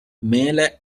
mele